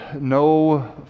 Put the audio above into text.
no